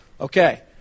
Okay